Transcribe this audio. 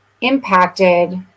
impacted